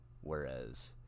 Whereas